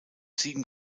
sieben